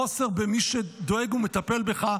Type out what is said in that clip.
חוסר במי שדואג לך ומטפל בך,